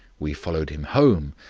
we followed him home,